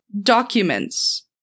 documents